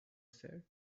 said